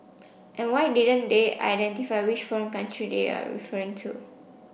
and why didn't they identify which foreign country they are referring to